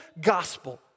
gospel